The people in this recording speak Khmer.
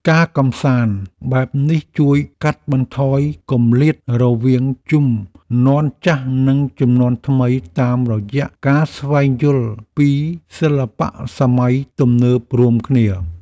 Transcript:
ការកម្សាន្តបែបនេះជួយកាត់បន្ថយគម្លាតរវាងជំនាន់ចាស់និងជំនាន់ថ្មីតាមរយៈការស្វែងយល់ពីសិល្បៈសម័យទំនើបរួមគ្នា។